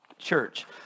church